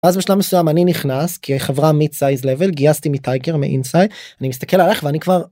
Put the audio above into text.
אז בשלב מסוים אני נכנס כחברה מיד סייז לבל, גייסתי מתייקר מאינסיי. אני מסתכל עליך ואני כבר.